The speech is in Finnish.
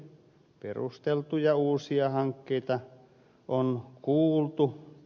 perusteltuja uusia hankkeita on kuultu